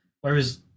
Whereas